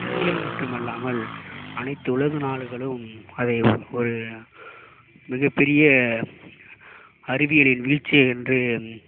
India மட்டும் அல்லாமல் அனைத்து உலக நாடுகளும் அதை ஒரு மிக பெரிய அறிவியலின் வீழ்ச்சி என்று